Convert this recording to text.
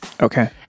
Okay